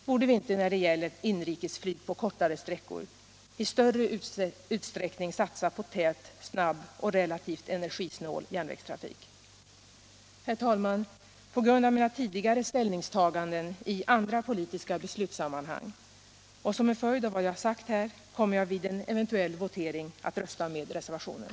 Borde vi inte när det gäller inrikesflyg på korta sträckor i större utsträckning satsa på tät, snabb och relativt energisnål järnvägstrafik? Herr talman! På grund av mina tidigare ställningstaganden i andra politiska beslutsammanhang och som en följd av vad jag sagt här kommer jag att vid en eventuell votering rösta med reservationen.